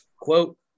quote